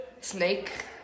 Snake